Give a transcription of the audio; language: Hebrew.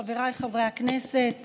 חבריי חברי הכנסת,